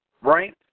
right